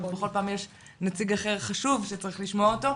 בכל פעם יש נציג אחר חשוב שצריך לשמוע אותו.